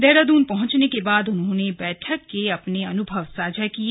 देहरादून पहुंचने के बाद उन्होंने बैठक के अपने अनुभव साझा किए